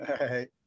right